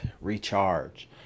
recharge